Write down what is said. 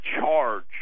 charge